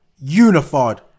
unified